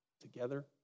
together